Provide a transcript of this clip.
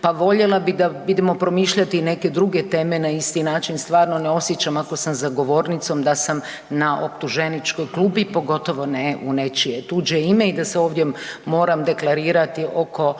pa voljela bi da vidimo promišljati i neke druge teme na isti način, stvarno ne osjećam ako sam za govornicom da sam na optuženičkoj klupi, pogotovo ne u nečije tuđe ime i da se ovdje moram deklarirati oko,